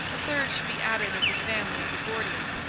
a third should be added of the family of the gordians,